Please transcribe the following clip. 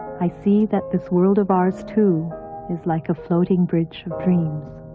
i see that this world of ours too is like a floating bridge of dreams